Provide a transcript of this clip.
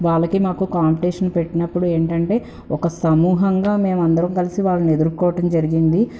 వాళ్లకి మాకు కాంపిటీషన్ పెట్టినప్పుడు ఏంటంటే ఒక సమూహంగా మేమందరం కలిసి వాళ్ళనెదుర్కోవటం జరిగింది